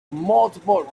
multiple